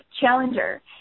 challenger